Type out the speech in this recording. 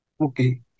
Okay